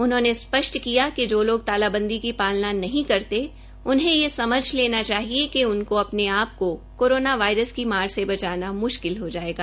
उन्होंने स्पष्ट किया कि जो लोग तालाबंदी की पालना नहीं करते उनहें ये समझ लेना चाहिए कि उनको अपने आप को कोरोना वायरस की मार से बचाना म्श्किल हो जायेगा